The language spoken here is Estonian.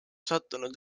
sattunud